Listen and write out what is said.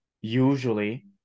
usually